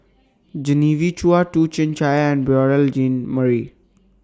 Genevieve Chua Toh Chin Chye and Beurel Jean Marie